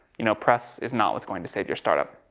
you know, press is not what's going to save your startup.